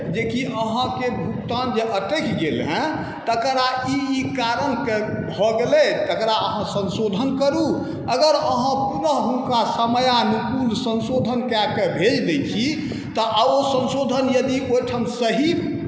जेकि अहाँके भुगतान जे अँटकि गेल हेँ तकरा ई ई कारण से भऽ गेलै तकरा अहाँ संसोधन करू अगर अहाँ पुनः ओकरा समयानुकूल संसोधन कऽ के भेज दैत छी तऽ ओ संसोधन यदि ओहिठाम सही